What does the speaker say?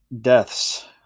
deaths